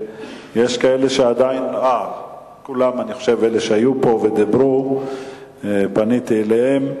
כולם, אני חושב שאלה שהיו פה ודיברו, פניתי אליהם.